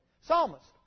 Psalmist